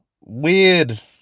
weird